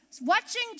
watching